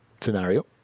Scenario